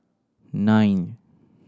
nine